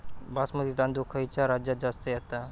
बासमती तांदूळ खयच्या राज्यात जास्त येता?